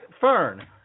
Fern